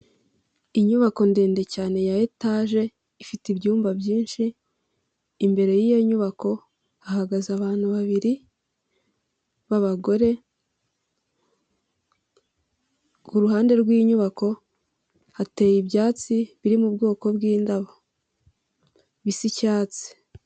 Inyubako ndende ya etage ifite ibyumba byinshi, imbere y'iyo nyubako hahagaze abantu babiri b'abagore, ku ruhande rw'inyubako hateye ibyatsi biri mu bwoko bw'indabo bisa icyatsi.